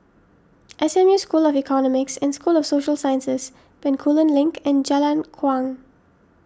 S M U School of Economics and School of Social Sciences Bencoolen Link and Jalan Kuang